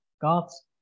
God's